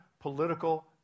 political